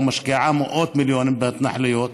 ומשקיעה מאות מיליונים בהתנחלויות